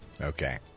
Okay